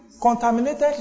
contaminated